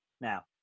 Now